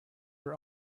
are